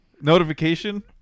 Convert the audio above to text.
notification